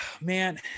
Man